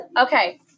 okay